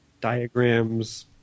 diagrams